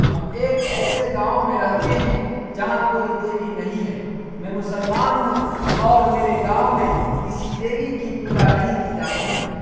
ہم ایک ایسے گاؤں میں رہتے ہیں جہاں کوئی دیوی نہیں ہے میں مسلمان ہوں اور میرے گاؤں میں کسی دیوی کی پوجا نہیں کی جاتی ہے